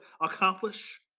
accomplish